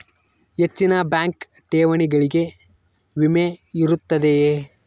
ಹೆಚ್ಚಿನ ಬ್ಯಾಂಕ್ ಠೇವಣಿಗಳಿಗೆ ವಿಮೆ ಇರುತ್ತದೆಯೆ?